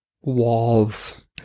walls